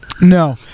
No